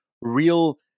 real